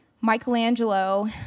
Michelangelo